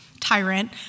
tyrant